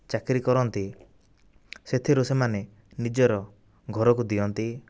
ଚାକିରୀ କରନ୍ତି ସେଥିରୁ ସେମାନେ ନିଜର ଘରକୁ ଦିଅନ୍ତି